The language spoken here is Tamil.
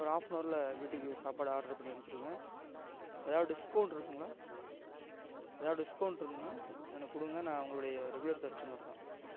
ஒரு ஹாஃப் அன் அவரில் வீட்டுக்குச் சாப்பாடு ஆட்ரு பண்ணி அமிச்சிவிடுங்க ஏதாவது டிஸ்கவுண்ட் இருக்குங்களா ஏதாவது டிஸ்கவுண்ட் இருந்ததுன்னா எனக்குக் கொடுங்க நான் உங்களுடைய ரெகுலர் கஸ்டமர் தான்